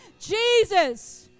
Jesus